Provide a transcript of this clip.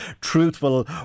truthful